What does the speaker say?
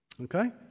Okay